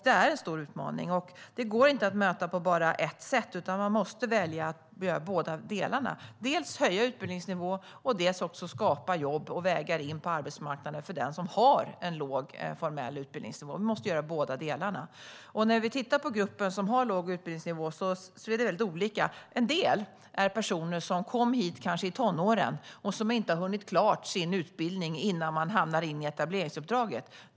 Detta är en stor utmaning, och det går inte att möta den på bara ett sätt. Man måste välja båda delar: dels höja utbildningsnivån, dels skapa jobb och vägar in på arbetsmarknaden för den som har en låg formell utbildningsnivå. Vi måste göra båda delar. När vi tittar på den grupp som har låg utbildningsnivå ser det väldigt olika ut. En del är personer som kanske kom hit i tonåren och som inte har hunnit gå klart sin utbildning innan de hamnar in i etableringsuppdraget.